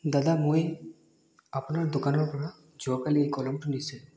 দাদা মই আপোনাৰ দোকানৰ পৰা যোৱাকালি এই কলমটো নিছিলোঁ